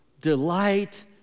delight